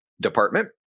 Department